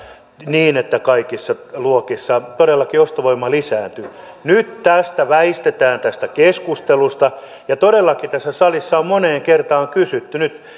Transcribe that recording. niin että kaikissa luokissa todellakin ostovoima lisääntyy nyt väistetään tästä keskustelusta ja todellakin tässä salissa on moneen kertaan kysytty